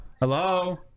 Hello